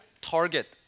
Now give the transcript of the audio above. target